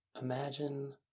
imagine